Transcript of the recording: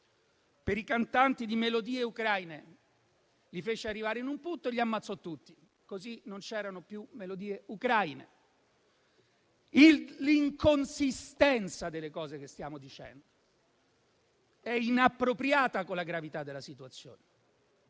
per i cantanti di melodie ucraine; li fece arrivare in un punto e li ammazzò tutti, così non c'erano più melodie ucraine. L'inconsistenza delle cose che stiamo dicendo è inappropriata rispetto alla gravità della situazione.